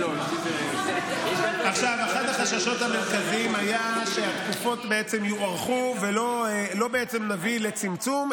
אחד החששות המרכזיים היה שהתקופות בעצם יוארכו ולא נביא לצמצום,